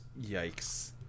Yikes